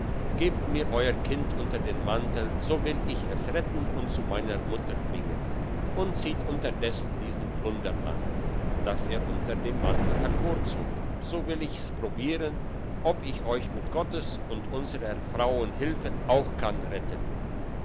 gebt mir euer kind unter den mantel so will ich es retten und zu meiner mutter bringen und zieht unterdessen dieses plunder an das er unter dem mantel hervorzog so will ich's probieren ob ich euch mit gottes und unserer frauen hilfe auch kann retten